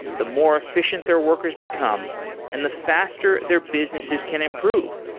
the more efficient their workers become and the faster their businesses can improve.